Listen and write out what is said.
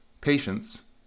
patience